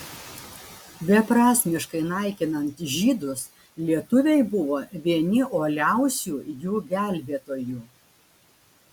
beprasmiškai naikinant žydus lietuviai buvo vieni uoliausių jų gelbėtojų